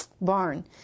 barn